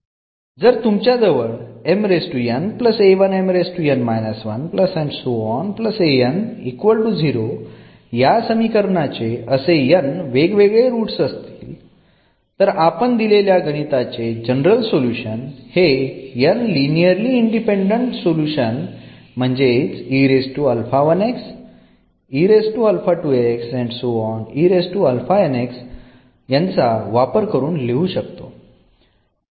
तर जर तुमच्याजवळ या समीकरणाचे असे n वेगवेगळे रुट्स असतील तर आपण दिलेल्या गणिताचे जनरल सोल्युशन हे n लिनिअरली इंडिपेंडंट सोल्युशन ांचा म्हणजेच वापर करून लिहू शकतो